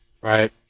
right